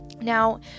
Now